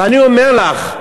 ואני אומר לך: